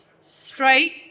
straight